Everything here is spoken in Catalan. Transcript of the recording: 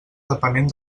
depenent